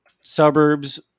suburbs